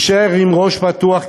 תישאר עם ראש פתוח,